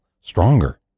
stronger